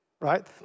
right